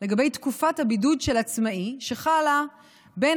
לגבי תקופת הבידוד של עצמאי שחלה בין